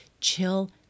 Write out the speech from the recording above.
chill